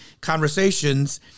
conversations